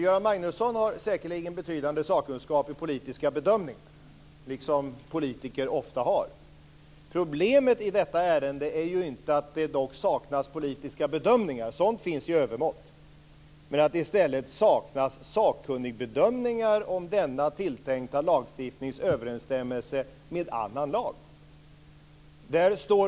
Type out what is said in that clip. Göran Magnusson har säkerligen en betydande sakkunskap när det gäller den politiska bedömningen - som ju politiker ofta har - men problemet i detta ärende är inte att det saknas politiska bedömningar, för sådana finns det i övermått. I stället saknas det sakkunnigbedömningar om denna tilltänkta lagstiftnings överensstämmelse med annan lag.